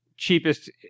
cheapest